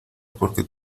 porque